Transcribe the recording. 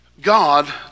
God